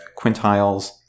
Quintiles